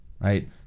right